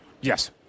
Yes